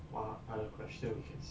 what are the questions